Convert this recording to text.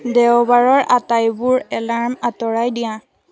দেওবাৰৰ আটাইবোৰ এলাৰ্ম আঁতৰাই দিয়া